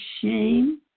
shame